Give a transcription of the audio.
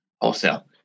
Wholesale